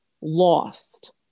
lost